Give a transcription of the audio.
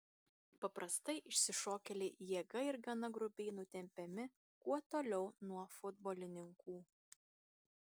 paprastai išsišokėliai jėga ir gana grubiai nutempiami kuo toliau nuo futbolininkų